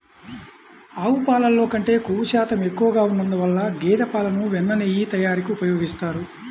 ఆవు పాలల్లో కంటే క్రొవ్వు శాతం ఎక్కువగా ఉన్నందువల్ల గేదె పాలను వెన్న, నెయ్యి తయారీకి ఉపయోగిస్తారు